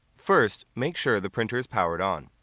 first, make sure the printer is powered on.